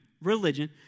Religion